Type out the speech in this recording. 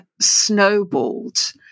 snowballed